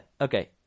okay